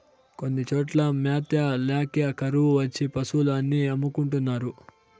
కొన్ని చోట్ల మ్యాత ల్యాక కరువు వచ్చి పశులు అన్ని అమ్ముకుంటున్నారు